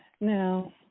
Now